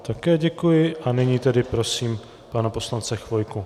Také děkuji a nyní tedy prosím pana poslance Chvojku.